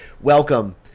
Welcome